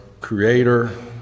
Creator